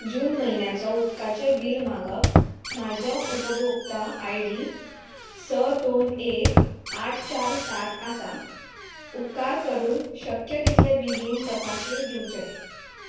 जून म्हयन्याचो उदकाचें बील मागप म्हाजो उपभोक्ता आय डी स दोन एक आठ चार सात आसा उपकार करून शक्य तितले बेगीन तपाशील दिवचे